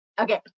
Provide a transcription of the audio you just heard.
Okay